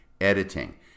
editing